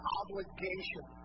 obligation